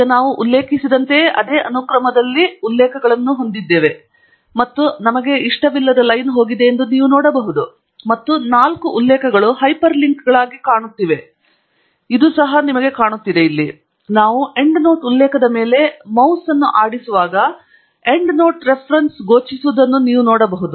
ಈಗ ನಾವು ಉಲ್ಲೇಖಿಸಿದಂತೆಯೇ ಅದೇ ಅನುಕ್ರಮದಲ್ಲಿ ನಾವು ಉಲ್ಲೇಖಗಳನ್ನು ಹೊಂದಿದ್ದೇವೆ ಮತ್ತು ಲೈನ್ ಹೋಗಿದೆ ಎಂದು ನೀವು ನೋಡಬಹುದು ಮತ್ತು ನಾಲ್ಕು ಉಲ್ಲೇಖಗಳು ಹೈಪರ್ಲಿಂಕ್ಗಳಾಗಿ ಕಾಣಿಸುತ್ತಿವೆ ಎಂದು ನಾವು ನೋಡಿದ್ದೇವೆ ನಾವು ಎಂಡ್ನೋಟ್ ಉಲ್ಲೇಖದ ಮೇಲೆ ಮೌಸ್ ಹೋಗುವಾಗ ಎಂಡ್ನೋಟ್ ರೆಫೆರೆನ್ಸ್ ಗೋಚರಿಸುವುದನ್ನು ನೀವು ನೋಡಬಹುದು